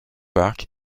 park